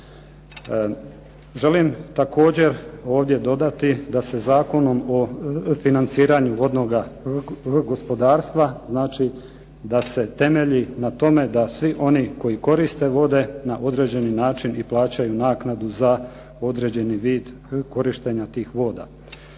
Želim također ovdje dodati da se Zakonom o financiranju vodnoga gospodarstva znači da se temelji na tome da svi oni koji koriste vode na određeni način i plaćaju naknadu za određeni vid korištenja tih voda.